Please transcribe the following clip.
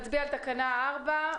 תקנה 4,